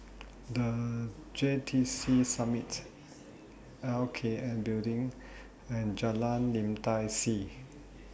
The J T C Summit L K N Building and Jalan Lim Tai See